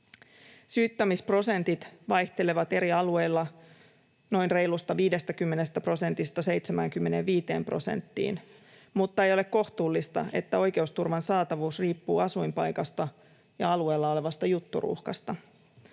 Syyttämisprosentit vaihtelevat eri alueilla noin reilusta 50 prosentista 75 prosenttiin, mutta ei ole kohtuullista, että oikeusturvan saatavuus riippuu asuinpaikasta ja alueella olevasta jutturuuhkasta.